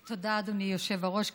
תודה, אדוני היושב-ראש.